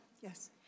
Yes